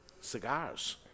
cigars